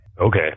okay